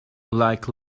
like